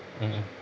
mmhmm